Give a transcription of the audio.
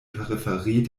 peripherie